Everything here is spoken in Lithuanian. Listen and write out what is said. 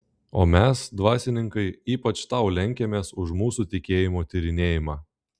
o mes dvasininkai ypač tau lenkiamės už mūsų tikėjimo tyrinėjimą